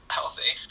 healthy